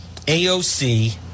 aoc